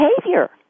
behavior